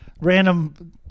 random